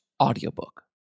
audiobook